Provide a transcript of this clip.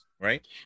right